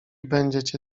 będziecie